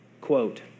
quote